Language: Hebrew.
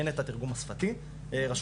אין את התרגום השפתי לרוסית,